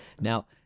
Now